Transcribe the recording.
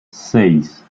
seis